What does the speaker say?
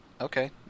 okay